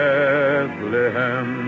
Bethlehem